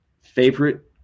favorite